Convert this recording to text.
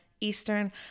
Eastern